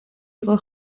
იყო